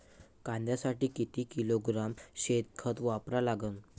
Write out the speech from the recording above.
कांद्यासाठी किती किलोग्रॅम शेनखत वापरा लागन?